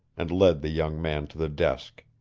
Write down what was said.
and led the young man to the desk.